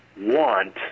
want